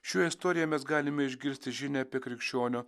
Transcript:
šioje istorijoje mes galime išgirsti žinią apie krikščionio